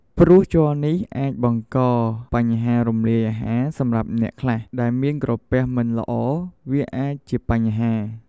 ព្រោះជ័រនេះអាចបង្កបញ្ហារំលាយអាហារសម្រាប់អ្នកខ្លះ ដែលមានក្រពះមិនល្អវាអាចជាបញ្ហា។